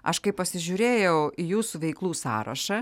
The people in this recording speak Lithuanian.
aš kai pasižiūrėjau į jūsų veiklų sąrašą